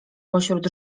pośród